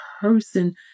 person